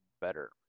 better